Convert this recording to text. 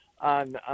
on